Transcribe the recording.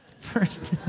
First